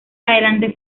adelante